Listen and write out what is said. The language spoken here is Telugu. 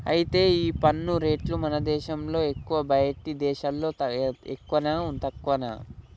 అయితే ఈ పన్ను రేట్లు మన దేశంలో ఎక్కువా బయటి దేశాల్లో ఎక్కువనా తక్కువనా